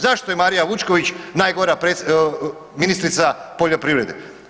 Zašto je Marija Vučković najgora ministrica poljoprivrede?